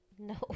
No